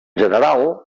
general